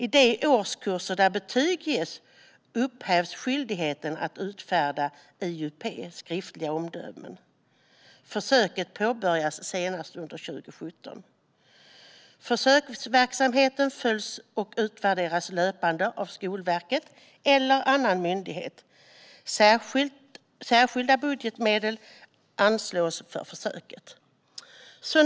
I de årskurser där betyg ges upphävs skyldigheten att utfärda IUP - skriftliga omdömen. Försöket påbörjas senast under 2017. Försöksverksamheten följs och utvärderas löpande av Skolverket eller annan myndighet. Särskilda budgetmedel anslås för försöket.